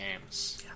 games